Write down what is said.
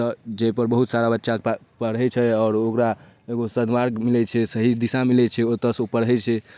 तऽ जाहिपर बहुत सारा बच्चा पढ़ै छै आओर ओ ओकरा एगो सद्मार्ग मिलै छै सही दिशा मिलै छै ओतऽसँ ओ पढ़ै छै